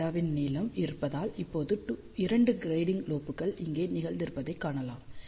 2λ நீளம் இருப்பதால் இப்போது 2 க்ரெடிங்க் லோப்கள் இங்கே நிகழ்ந்திருப்பதைக் காணலாம்